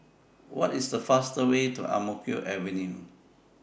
What IS The fastest Way to Ang Mo Kio Avenue